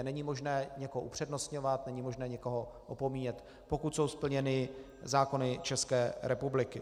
Není možné nikoho upřednostňovat, není možné někoho opomíjet, pokud jsou splněny zákony České republiky.